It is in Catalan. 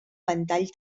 ventall